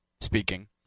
speaking